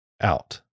out